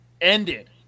ended